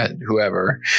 Whoever